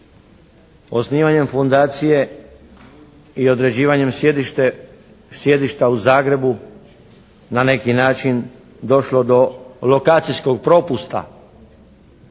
osnivanjem fundacije i određivanjem sjedišta u Zagrebu na neki način došlo do lokacijskog propusta?